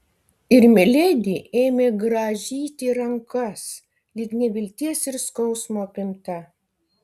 ir miledi ėmė grąžyti rankas lyg nevilties ir skausmo apimta